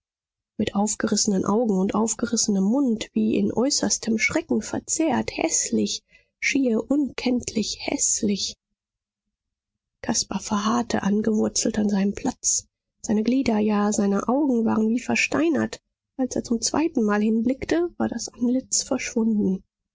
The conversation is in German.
mit aufgerissenen augen und aufgerissenem mund wie in äußerstem schrecken verzerrt häßlich schier unkenntlich häßlich caspar verharrte angewurzelt an seinem platz seine glieder ja seine augen waren wie versteinert als er zum zweitenmal hinblickte war das antlitz verschwunden